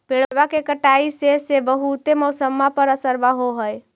पेड़बा के कटईया से से बहुते मौसमा पर असरबा हो है?